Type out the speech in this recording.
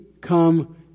come